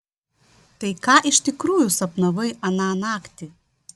tai ką iš tikrųjų sapnavai aną naktį